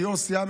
יו"ר סיעה,